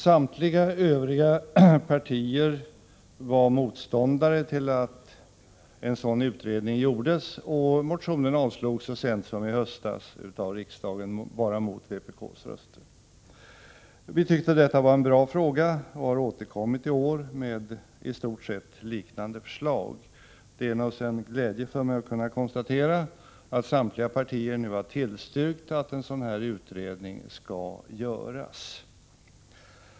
Samtliga övriga partier var motståndare till att en sådan utredning gjordes, och motionen avslogs så sent som i höstas av riksdagen mot bara vpk:s röster. Vi tyckte att detta var en bra fråga och har återkommit i år med i stort sett liknande förslag. Det är naturligtvis en glädje för mig att kunna konstatera att samtliga partier nu har tillstyrkt att en sådan här utredning skall göras.